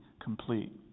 complete